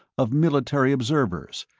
of military observers,